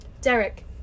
Derek